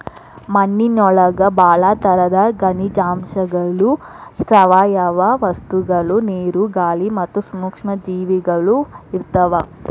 ಮಣ್ಣಿನೊಳಗ ಬಾಳ ತರದ ಖನಿಜಾಂಶಗಳು, ಸಾವಯವ ವಸ್ತುಗಳು, ನೇರು, ಗಾಳಿ ಮತ್ತ ಸೂಕ್ಷ್ಮ ಜೇವಿಗಳು ಇರ್ತಾವ